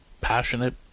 passionate